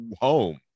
home